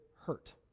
hurt